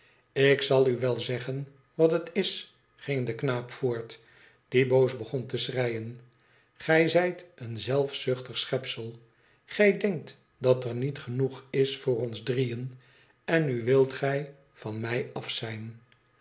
ik zal a wel zeggen wat het is ging de knaap voort die boos begon te schreien gij zijt een zelfzuchtig schepsel gij denkt dat er niet genoeg is voor ons drieën en nu wilt gij van mij af zijn